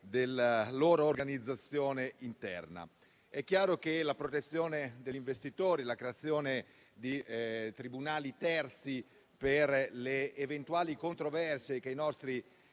della loro organizzazione interna. È chiaro che la protezione degli investitori e la creazione di tribunali terzi per le eventuali controversie che i nostri